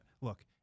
look